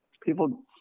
people